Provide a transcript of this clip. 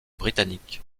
britanniques